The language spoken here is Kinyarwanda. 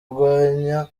arwanya